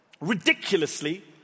ridiculously